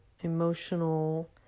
emotional